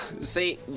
See